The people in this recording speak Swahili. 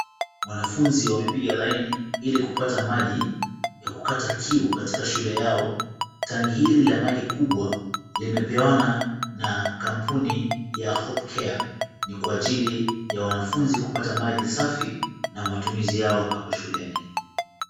Wanafunzi wamepiga laini ili kupata maji ya kukata kiu katika shule yao. Tangi hili la maji kubwa limepewanwa na kampuni ya Hope Care . Ni kwa ajili ya wanafunzi kupata maji safi na matumizi yao hapo shuleni.